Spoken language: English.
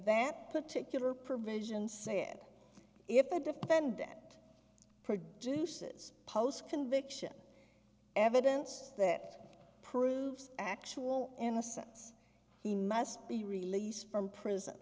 that particular provisions say that if a defendant produces post conviction evidence that proves actual innocence he must be released from prison